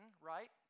right